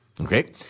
Okay